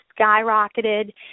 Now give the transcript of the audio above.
skyrocketed